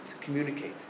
communicate